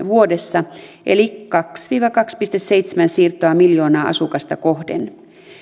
vuodessa eli kaksi viiva kaksi pilkku seitsemän siirtoa miljoonaa asukasta kohden